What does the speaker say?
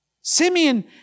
Simeon